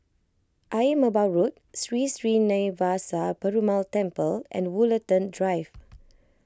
Ayer Merbau Road Sri Srinivasa Perumal Temple and Woollerton Drive